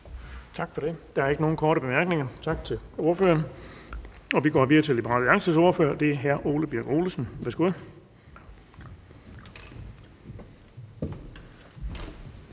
Bonnesen): Der er ikke nogen korte bemærkninger. Tak til ordføreren. Vi går videre til Liberal Alliances ordfører, og det er hr. Ole Birk Olesen. Værsgo.